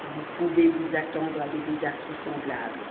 vous pouvez vous attendre à des désastres semblables